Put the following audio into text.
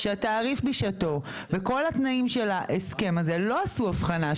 שהתעריף בשעתו וכל התנאים של ההסכם הזה לא עשו הבחנה.